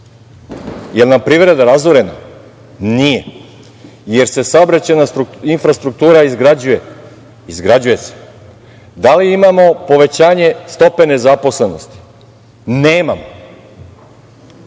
Da li nam je privreda razorena? Nije. Da li se saobraćajna infrastruktura izgrađuje? Izgrađuje se. Da li imamo povećanje stope nezaposlenosti? Nemamo.